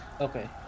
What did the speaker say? Okay